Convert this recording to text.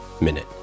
minute